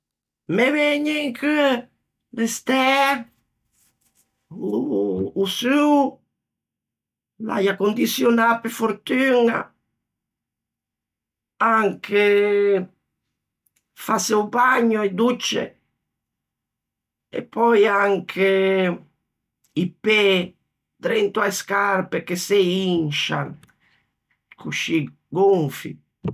Me vëgne in cheu l'estæ, o suo, l'äia condiçionâ pe fortuña, anche fâse o bagno, e docce, e pöi anche i pê drento a-e scarpe che se inscian, coscì, gonfi.